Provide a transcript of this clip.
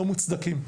לא מוצדקים,